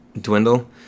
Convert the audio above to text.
dwindle